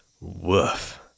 Woof